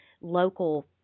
local